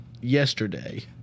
yesterday